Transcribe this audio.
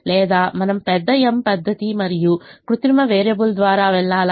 లేదా మనం పెద్ద m పద్ధతి మరియు కృత్రిమ వేరియబుల్ ద్వారా వెళ్ళాలా